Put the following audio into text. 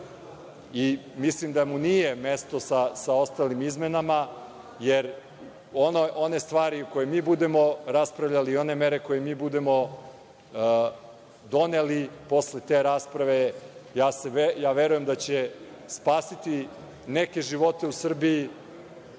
Mislim da mu nije mesto sa ostalim izmenama, jer one stvari koje mi budemo raspravljali i one mere koje mi budemo doneli posle te rasprave, verujem da će spasiti neke živote u Srbiji,